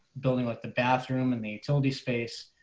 building like the bathroom and they told the space.